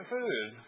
food